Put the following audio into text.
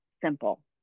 simple